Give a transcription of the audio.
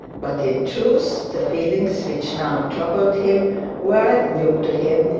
but, in truth, the feelings which now troubled him were new to him,